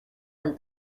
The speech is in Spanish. del